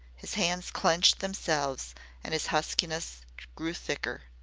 his hands clenched themselves and his huskiness grew thicker.